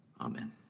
Amen